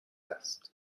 است